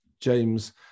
James